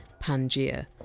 pangaea.